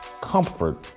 comfort